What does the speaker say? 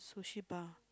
sushi bar